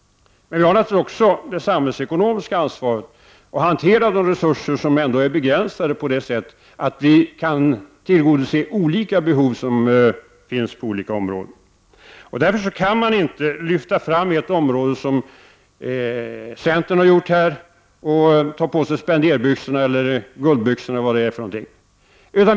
Men vi har naturligtvis också det samhällsekonomiska ansvaret att hantera de resurser som ändå är begränsade, så att vi kan tillgodose de olika behov som finns inom olika områden. Därför kan man inte — som centern har gjort — lyfta fram ett område och ta på sig guldbyxorna.